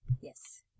Yes